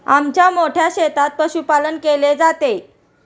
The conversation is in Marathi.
आमच्या मोठ्या शेतात पशुपालन केले जाते